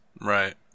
Right